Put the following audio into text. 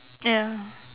ya